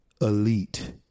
elite